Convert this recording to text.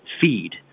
feed